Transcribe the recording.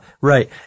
Right